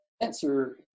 answer